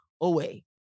away